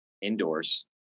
indoors